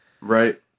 Right